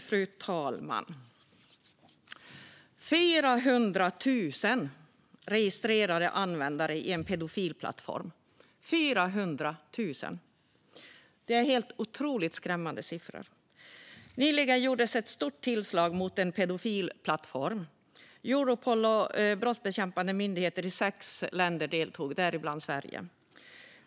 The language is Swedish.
Fru talman! 400 000 registrerade användare i en pedofilplattform. 400 000! Det är otroligt skrämmande siffror. Nyligen gjordes ett stort tillslag mot en pedofilplattform. Europol och brottsbekämpande myndigheter i sex länder deltog, däribland Sverige.